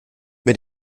mit